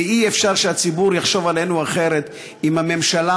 ואי-אפשר שהציבור יחשוב עלינו אחרת אם הממשלה,